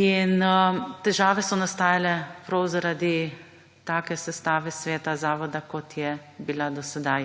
In težave so nastajale prav zaradi take sestave sveta zavoda, kot je bila do sedaj.